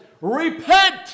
Repent